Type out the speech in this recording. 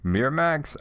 Miramax